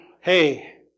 Hey